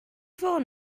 fôn